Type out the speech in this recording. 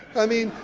i mean,